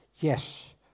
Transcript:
Yes